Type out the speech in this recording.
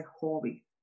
hobby